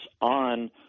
on